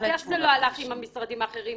אז איך זה לא הלך עם המשרדים האחרים?